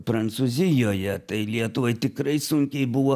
prancūzijoje tai lietuvai tikrai sunkiai buvo